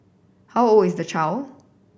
how old is the child